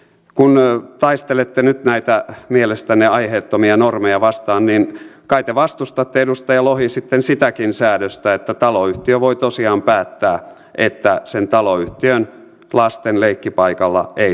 kun taistelette nyt näitä mielestänne aiheettomia normeja vastaan niin kai te vastustatte edustaja lohi sitten sitäkin säädöstä että taloyhtiö voi tosiaan päättää että sen taloyhtiön lasten leikkipaikalla ei saa tupakoida